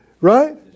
right